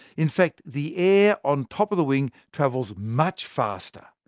in fact, the air on top of the wing travels much faster,